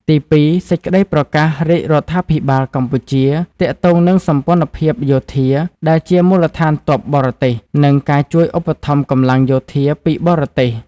ទីពីរ សេចក្តីប្រកាសរាជរដ្ឋាភិបាលកម្ពុជា ទាក់ទងនឹងសម្ព័ន្ធភាពយោធា ដែលជាមូលដ្ឋានទ័ពបរទេស និងការជួយឧបត្ថម្ភកម្លាំងយោធាពីបរទេស។